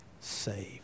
saved